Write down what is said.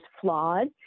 flawed